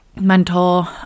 mental